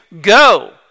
go